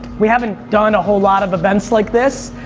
we haven't done a whole lot of events like this.